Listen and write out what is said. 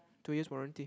two years warranty